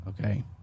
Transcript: okay